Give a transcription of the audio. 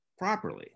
Properly